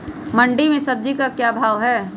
मंडी में सब्जी का क्या भाव हैँ?